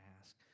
ask